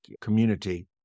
community